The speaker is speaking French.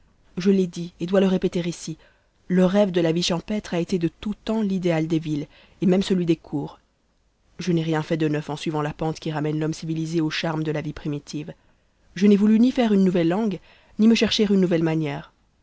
je l'ai dit et dois le répéter ici le rêve de la vie champêtre a été de tout temps l'idéal des villes et même celui des cours je n'ai rien fait de neuf en suivant la pente qui ramène l'homme civilisé aux charmes de la vie primitive je n'ai voulu ni faire une nouvelle langue ni me chercher une nouvelle manière